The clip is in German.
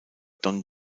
don